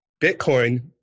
Bitcoin